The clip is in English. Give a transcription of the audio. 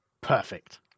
Perfect